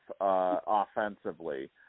offensively